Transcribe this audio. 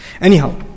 Anyhow